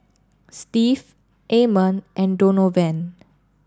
Steve Amon and Donovan